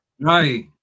Right